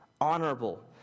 honorable